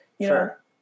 Sure